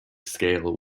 scale